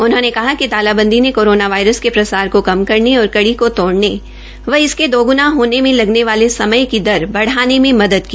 उन्होंने कहा कि तालाबंदी ने कोरोना वायरस के प्रसार को कम करने और कड़ी को तोड़ने व इसके दोग्णा होने मे लगने वाले समय दर बढ़ाने में मदद की